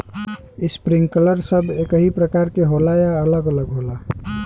Sprinkler सब एकही प्रकार के होला या अलग अलग होला?